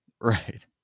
Right